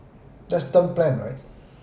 that's term plan right